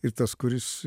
ir tas kuris